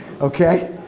okay